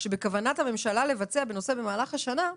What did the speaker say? שבכוונת הממשלה לבצע בנושא במהלך השנה.